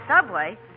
subway